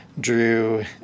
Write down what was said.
drew